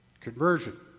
Conversion